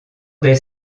des